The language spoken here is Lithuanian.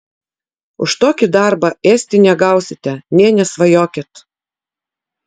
už tokį darbą ėsti negausite nė nesvajokit